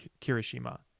Kirishima